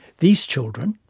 these children,